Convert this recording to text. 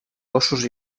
gossos